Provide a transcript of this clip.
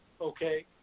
okay